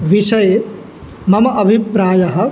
विषये मम अभिप्रायः